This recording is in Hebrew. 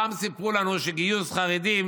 פעם סיפרו לנו שגיוס חרדים